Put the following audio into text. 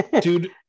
dude